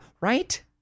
right